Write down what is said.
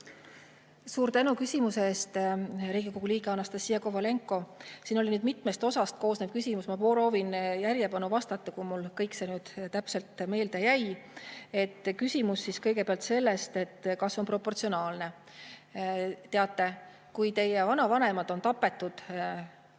Suur tänu küsimuse eest, Riigikogu liige Anastassia Kovalenko! Siin oli nüüd mitmest osast koosnev küsimus, ma proovin järjepanu vastata, kui mul kõik see nüüd täpselt meelde jäi. Küsimus siis kõigepealt selle kohta, kas see on proportsionaalne. Teate, kui teie vanavanemad on tapetud